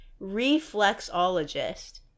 reflexologist